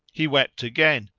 he wept again,